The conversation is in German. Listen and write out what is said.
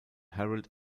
harold